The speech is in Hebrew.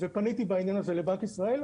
פניתי בעניין הזה לבנק ישראל.